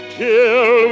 till